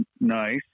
nice